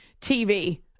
TV